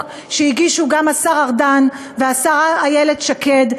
שהגישו גם השר ארדן והשרה איילת שקד,